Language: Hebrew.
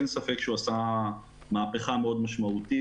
אין ספק שהוא עשה מהפכה מאוד משמעותית.